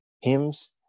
hymns